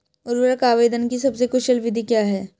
उर्वरक आवेदन की सबसे कुशल विधि क्या है?